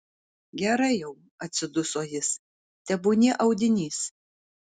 gerai jau atsiduso jis tebūnie audinys